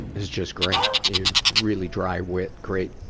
it's just great. you really dry wit, great,